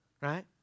right